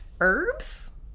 Herbs